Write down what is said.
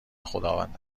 خداوند